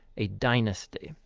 a dynasty.